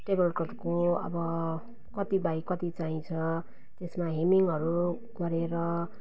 टेबलक्लोथको अब कति बाई कति चाहिन्छ त्यसमा हेमिङहरू गरेर